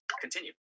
continue